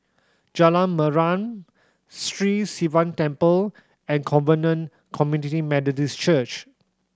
Jalan Mariam Sri Sivan Temple and Covenant Community Methodist Church